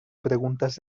preguntas